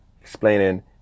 explaining